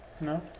No